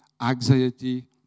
anxiety